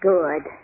Good